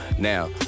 Now